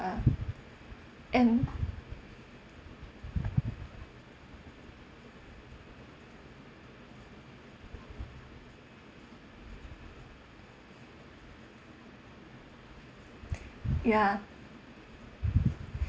and ya